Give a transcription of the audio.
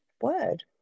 word